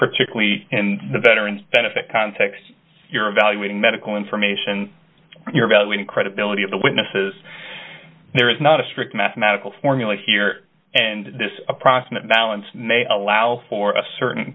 particularly in the veterans benefit context you're evaluating medical information you're about when credibility of the witnesses there is not a strict mathematical formula here and this approximate balance may allow for a certain